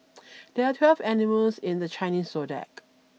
there are twelve animals in the Chinese zodiac